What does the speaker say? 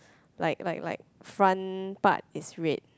like like like front part is red